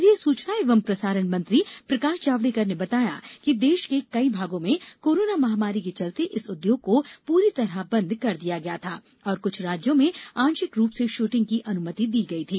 केंद्रीय सूचना एंव प्रसारण मंत्री प्रकाश जावड़ेकर ने बताया है कि देश के कई भागों में कोरोना महामारी के चलते इस उद्योग को पूरी तरह बंद कर दिया गया था और कुछ राज्यों में आंशिक रूप से शूटिंग की अनुमति दी गई थी